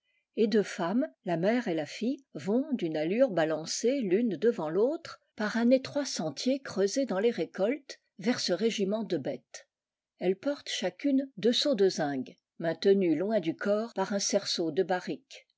et deux femmes la mère et la fille vont d'une aflure balancée l'une devant l'autre par un étroit sentier creusé dans les récoltes vers ce régiment de bêtes elles portent chacune deux seaux de zinc maintenus loin du corps par un cerceau de barrique